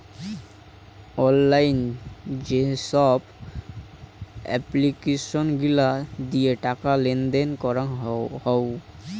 online যেসব application গিলা দিয়ে টাকা লেনদেন করাঙ হউ